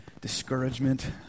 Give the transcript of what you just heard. discouragement